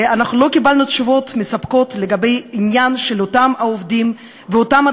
לא קיבלנו תשובות מספקות לגבי העניין של אותם העובדים ואותם,